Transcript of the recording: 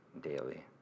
daily